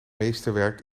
meesterwerk